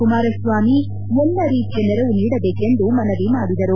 ಕುಮಾರಸ್ವಾಮಿ ಎಲ್ಲಾ ರೀತಿಯ ನೆರವು ನೀಡಬೇಕೆಂದು ಮನವಿ ಮಾಡಿದರು